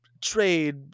trade